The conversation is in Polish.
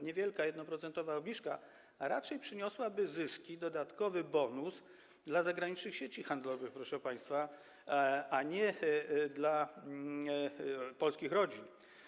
Niewielka, 1-procentowa obniżka raczej przyniosłaby zyski, dodatkowy bonus dla zagranicznych sieci handlowych, proszę państwa, a nie dla polskich rodzin.